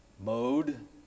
mode